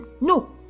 No